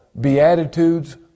Beatitudes